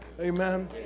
Amen